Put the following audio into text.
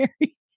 Mary